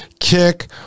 Kick